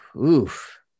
Oof